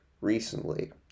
recently